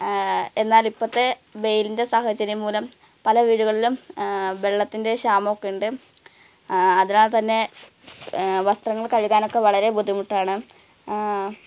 എന്നാൽ ഇപ്പോഴത്തെ വേയിലിന്റെ സാഹചര്യം മൂലം പല വീടുകളിലും വെള്ളത്തിന്റെ ക്ഷാമം ഒക്കെ ഉണ്ട് അതിനാല്ത്തന്നെ വസ്ത്രങ്ങള് കഴുകാനൊക്കെ വളരെ ബുദ്ധിമുട്ടാണ്